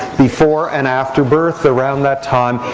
before and after birth. around that time,